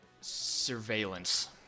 surveillance